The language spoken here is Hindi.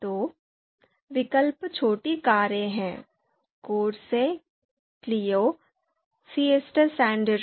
तो विकल्प छोटी कारें हैं कोर्सा क्लियो फिएस्टा सैंडेरो